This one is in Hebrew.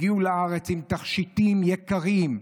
הגיעו לארץ עם תכשיטים יקרים,